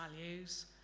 values